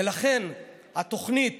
ולכן התוכנית